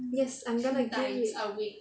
yes I'm gonna gain weight